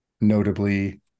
notably